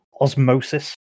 osmosis